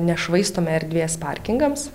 nešvaistome erdvės parkingams